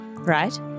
Right